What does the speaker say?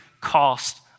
cost